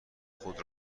خود